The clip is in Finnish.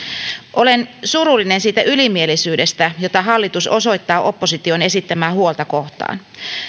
olen surullinen siitä ylimielisyydestä jota hallitus osoittaa opposition esittämää huolta kohtaan